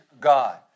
God